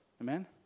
Amen